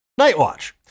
Nightwatch